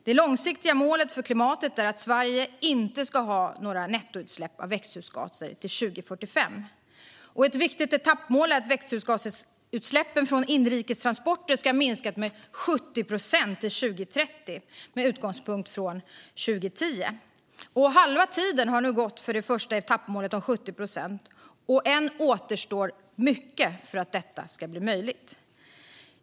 Det långsiktiga målet för klimatet är att Sverige inte ska ha några nettoutsläpp av växthusgaser år 2045. Ett viktigt etappmål är att växthusgasutsläppen från inrikes transporter ska ha minskat med 70 procent till 2030 med utgångspunkt från 2010. Halva tiden har nu gått för det första etappmålet om 70 procent, och än återstår mycket för att detta ska bli möjligt.